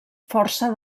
força